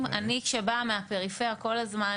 אני שבאה מהפריפריה, כל הזמן